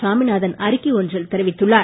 சாமிநாதன் அறிக்கை ஒன்றில் தெரிவித்துள்ளார்